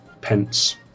pence